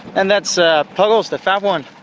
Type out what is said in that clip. and that's ah puddles, the fat one.